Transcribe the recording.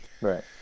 Right